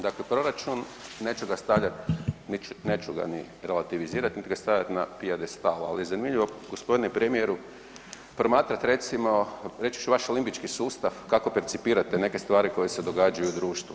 Dakle proračun neću ga stavljat, neću ga ni relativizirati, niti ga stavljat na pijedestal, ali je zanimljivo gospodine premijeru promatrat recimo reći ću vaš limbički sustav kako percipirate neke stvari koje se događaju u društvu.